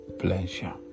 Pleasure